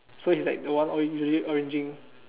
so he is like the one always arranging